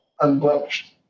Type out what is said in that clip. unblemished